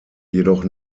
jedoch